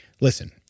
listen